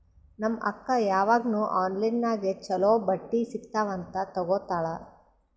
ನಮ್ ಅಕ್ಕಾ ಯಾವಾಗ್ನೂ ಆನ್ಲೈನ್ ನಾಗೆ ಛಲೋ ಬಟ್ಟಿ ಸಿಗ್ತಾವ್ ಅಂತ್ ತಗೋತ್ತಾಳ್